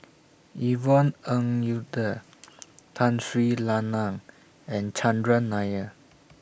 Yvonne Ng Uhde Tun Sri Lanang and Chandran Nair